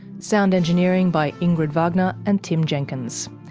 sound engineering by ingrid wagner and tim jenkins.